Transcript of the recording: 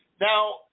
Now